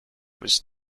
was